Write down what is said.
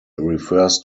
refers